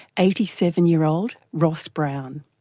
eighty seven year old ross brown.